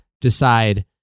decide